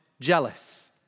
jealous